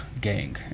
gang